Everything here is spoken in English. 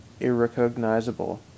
irrecognizable